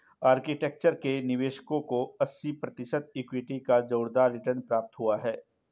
architecture के निवेशकों को अस्सी प्रतिशत इक्विटी का जोरदार रिटर्न प्राप्त हुआ है